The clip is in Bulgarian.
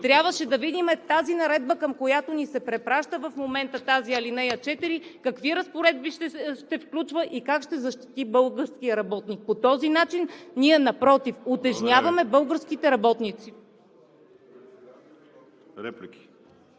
Трябваше да видим наредбата, към която ни препраща в момента тази ал. 4, какви разпоредби ще включва и как ще защити българския работник. По този начин, напротив, утежняваме българските работници.